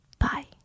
bye